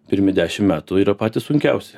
pirmi dešim metų yra patys sunkiausi